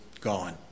gone